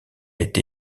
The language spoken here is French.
été